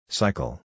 cycle